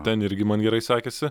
ten irgi man gerai sekėsi